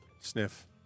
Sniff